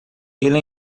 ele